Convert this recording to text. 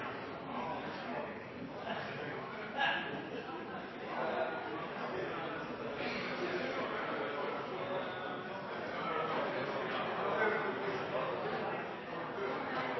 pådriver for å få det